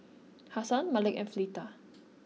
Hassan Malik and Fleta